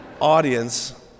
audience